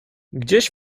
gdzieś